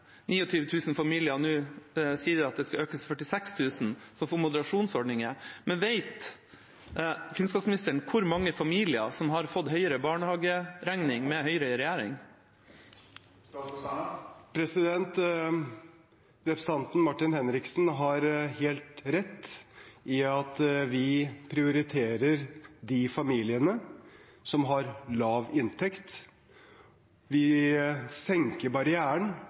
at det skal økes til 46 000 som får moderasjonsordninger. Men vet kunnskapsministeren hvor mange familier som har fått høyere barnehageregning med Høyre i regjering? Representanten Martin Henriksen har helt rett i at vi prioriterer de familiene som har lav inntekt. Vi senker barrieren